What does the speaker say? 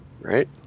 right